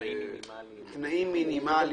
תנאים מינימליים.